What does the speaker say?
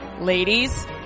Ladies